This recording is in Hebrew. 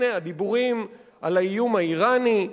הנה הדיבורים על האיום האירני,